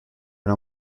una